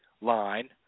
line